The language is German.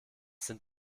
sind